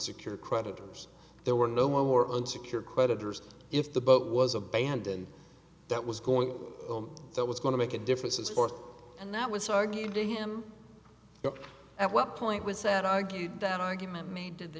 unsecured creditors there were no one more unsecured creditors if the boat was abandoned that was going on that was going to make a difference of course and that was argued to him at what point was that argued that argument made to the